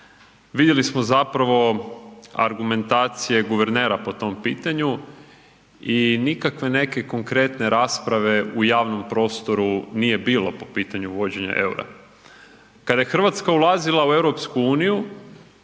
Vidjeli smo zapravo argumentacije guvernera po tom pitanju i nikakve konkretne rasprave u javnom prostoru nije bilo po pitanju uvođenja eura. Kada je Hrvatska ulazila u EU onda je